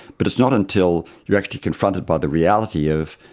but it's not until you're actually confronted by the reality of,